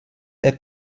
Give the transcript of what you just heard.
est